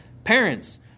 Parents